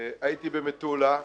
הייתי במטולה,